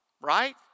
right